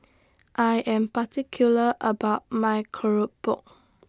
I Am particular about My Keropok